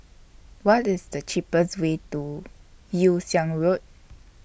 What IS The cheapest Way to Yew Siang Road